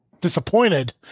Disappointed